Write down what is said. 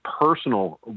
personal